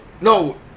No